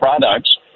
products